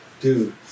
Dude